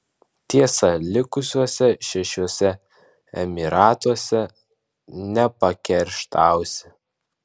tiesa likusiuose šešiuose emyratuose nepakerštausi